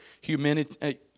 humanity